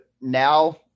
now